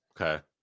Okay